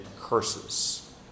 curses